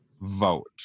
vote